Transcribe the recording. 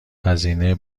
هزینه